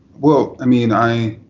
well, i mean, i